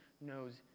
knows